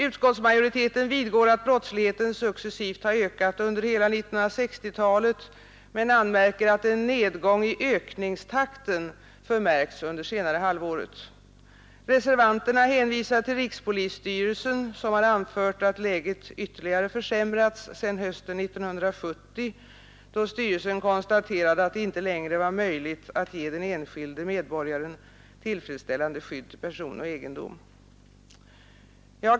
Utskottsmajoriteten vidgår att brottsligheten successivt har ökat under hela 1960-talet men anmärker att en nedgång i ökningstakten förmärkts under senare halvåret. Reservanterna hänvisar till rikspolisstyrelsen, som har anfört att läget ytterligare försämrats sedan hösten 1970, då styrelsen konstaterade att det inte längre var möjligt att ge den enskilde medborgaren tillfredsställande skydd till person och egendom.